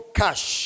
cash